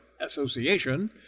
Association